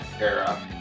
era